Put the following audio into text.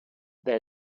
there